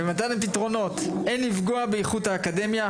במתן הפתרונות אין לפגוע באיכות האקדמיה.